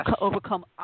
overcome